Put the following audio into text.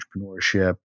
entrepreneurship